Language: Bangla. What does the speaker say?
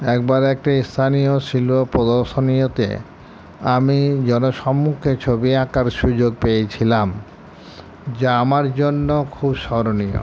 একবার একটা স্থানীয় শিল প্রদর্শনীয়তে আমি জনসম্মুখে ছবি আঁকার সুযোগ পেয়েছিলাম যা আমার জন্য খুব স্মরণীয়